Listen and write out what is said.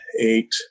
eight